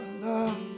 love